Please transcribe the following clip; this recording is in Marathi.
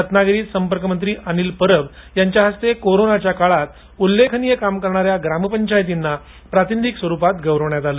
रत्नागिरीत संपर्कमंत्री अनिल परब यांच्या हस्ते कोरोनाच्या काळात उल्लेखनीय काम करणा या ग्रामपंचायतींना प्रातिनिधिक स्वरूपात गौरवण्यात आलं